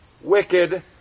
wicked